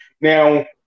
Now